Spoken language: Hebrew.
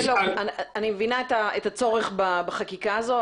אני מבינה את הצורך בחקיקה הזו.